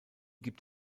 gibt